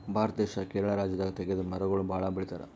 ಭಾರತ ದೇಶ್ ಕೇರಳ ರಾಜ್ಯದಾಗ್ ತೇಗದ್ ಮರಗೊಳ್ ಭಾಳ್ ಬೆಳಿತಾರ್